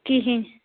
کِہیٖنۍ